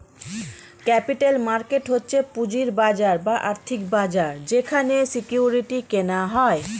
capital market হচ্ছে পুঁজির বাজার বা আর্থিক বাজার যেখানে সিকিউরিটি কেনা হয়